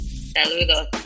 Saludos